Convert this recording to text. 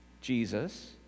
Jesus